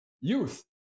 youth